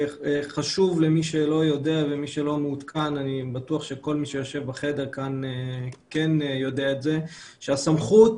אני בטוח שכל מי שיושב בחדר יודע שהסמכות